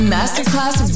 Masterclass